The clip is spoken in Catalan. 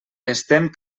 estem